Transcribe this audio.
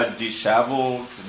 disheveled